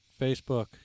Facebook